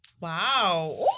Wow